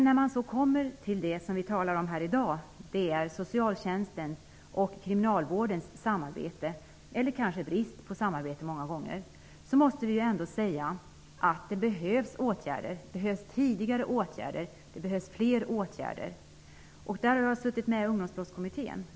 När vi så kommer till det som vi i dag har att tala om -- socialtjänstens och Kriminalvårdens samarbete, eller kanske många gånger brist på samarbete -- måste vi väl ändå säga att det behövs åtgärder. Det behövs nämligen tidigare åtgärder och fler åtgärder. Jag har suttit med i Ungdomsbrottskommittén.